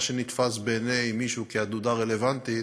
מה שנתפס בעיני מישהו כעתודה רלוונטית,